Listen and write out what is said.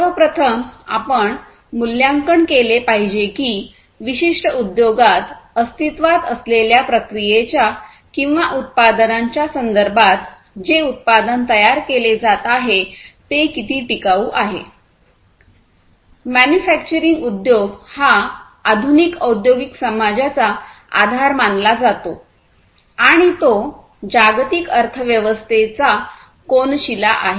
सर्वप्रथम आपण मूल्यांकन केले पाहिजे की विशिष्ट उद्योगात अस्तित्त्वात असलेल्या प्रक्रियेच्या किंवा उत्पादनांच्या संदर्भात जे उत्पादन तयार केले जात आहे ते किती टिकाऊ आहे मॅन्युफॅक्चरिंग उद्योग हा आधुनिक औद्योगिक समाजाचा आधार मानला जातो आणि तो जागतिक अर्थव्यवस्थेचा कोनशिला आहे